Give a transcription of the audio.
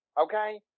okay